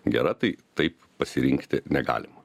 gera tai taip pasirinkti negalima